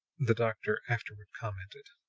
the doctor afterward commented.